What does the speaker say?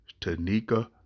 Tanika